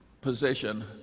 position